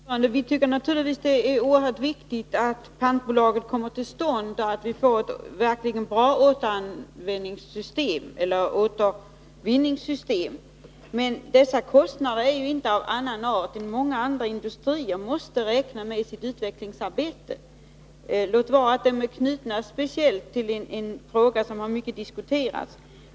Herr talman! Vi tycker naturligtvis att det är oerhört viktigt att pantbolaget kommer till stånd och att vi får ett verkligt bra återvinningssystem. Men dessa kostnader är inte av annan art än de kostnader som många andra industrier måste räkna med i sitt utvecklingsarbete — låt vara att de är speciellt knutna till en fråga som har diskuterats mycket.